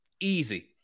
easy